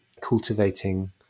cultivating